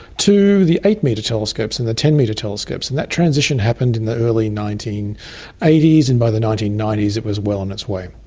to the eight-metre telescopes and the ten metre telescopes, and that transition happened in the early nineteen eighty s, and by the nineteen ninety s it was well on its way.